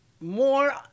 more